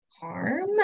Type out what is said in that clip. Harm